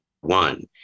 one